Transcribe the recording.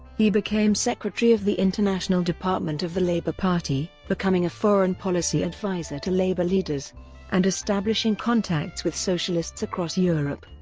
he became secretary of the international department of the labour party, becoming a foreign policy adviser to labour leaders and establishing contacts with socialists across europe.